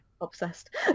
obsessed